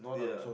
yeah